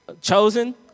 Chosen